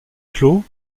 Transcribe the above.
clos